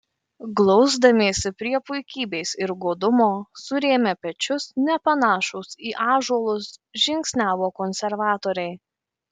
glausdamiesi prie puikybės ir godumo surėmę pečius nepanašūs į ąžuolus žingsniavo konservatoriai